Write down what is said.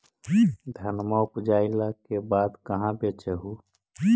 धनमा उपजाईला के बाद कहाँ बेच हू?